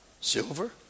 Silver